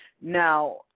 Now